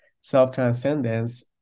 self-transcendence